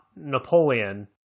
napoleon